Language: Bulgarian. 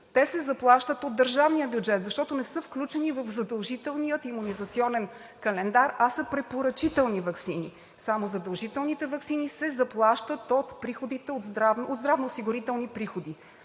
Те се заплащат от държавния бюджет, защото не са включени в задължителния имунизационен календар, а са препоръчителни ваксини. Само задължителните ваксини се заплащат от здравноосигурителни приходи.